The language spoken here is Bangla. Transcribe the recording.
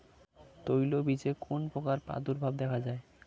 তৈলবীজে কোন পোকার প্রাদুর্ভাব দেখা যায়?